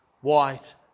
white